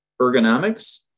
ergonomics